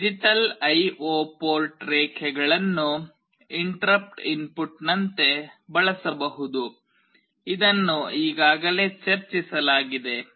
digital I ಒDigital IO port ರೇಖೆಗಳನ್ನು interrupt input ನಂತೆ ಬಳಸಬಹುದು ಇದನ್ನು ಈಗಾಗಲೇ ಚರ್ಚಿಸಲಾಗಿದೆ